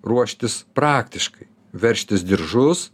ruoštis praktiškai veržtis diržus